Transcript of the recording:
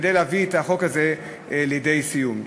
כדי להביא את החוק הזה לידי סיום.